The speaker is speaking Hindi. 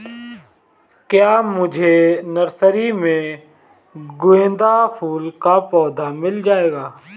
क्या मुझे नर्सरी में गेंदा फूल का पौधा मिल जायेगा?